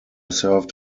served